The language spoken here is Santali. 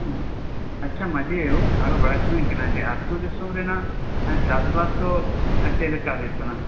ᱟᱸ ᱟᱪᱷᱟ ᱢᱟᱡᱷᱤ ᱟᱭᱚ ᱟᱨᱦᱚᱸ ᱵᱟᱲᱟᱭ ᱥᱟᱱᱟᱧ ᱠᱟᱱᱟ ᱡᱮ ᱟᱛᱳ ᱫᱤᱥᱚᱢ ᱨᱮᱱᱟᱜ ᱪᱟᱥᱵᱟᱥ ᱫᱚ ᱪᱮᱫᱞᱮᱠᱟ ᱦᱩᱭᱩᱜ ᱠᱟᱱᱟ